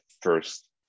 first